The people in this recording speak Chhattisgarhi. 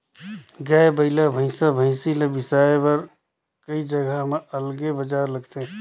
गाय, बइला, भइसा, भइसी ल बिसाए बर कइ जघा म अलगे बजार लगथे